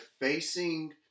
facing